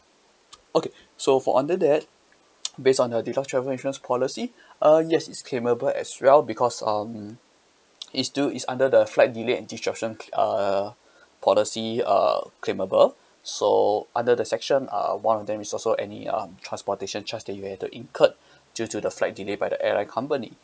okay so for under that based on the deluxe travel insurance policy uh yes it's claimable as well because um it's still is under the flight delay and disruption cla~ uh policy uh claimable so under the section uh one of them is also any um transportation charge where you have to incurred due to the flight delay by the airline company